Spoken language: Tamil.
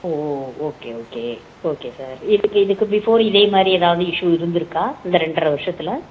ஓ oh okay okay okay sir இதுக்கு இதுக்கு பிஃபோர் இதே மாதிரி ஏதாவது இஷ்ஷு இருந்திருக்கா இந்த ரெண்டரை வருஷத்தில்